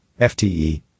FTE